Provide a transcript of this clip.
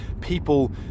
people